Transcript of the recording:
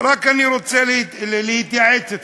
רק, אני רוצה להתייעץ אתכם.